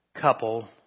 couple